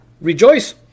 rejoice